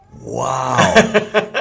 wow